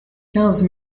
quinze